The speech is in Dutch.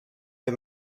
bij